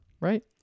right